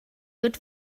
good